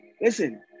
Listen